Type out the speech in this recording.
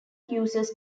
users